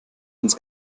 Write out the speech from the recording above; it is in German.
ins